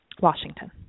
Washington